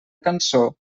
cançó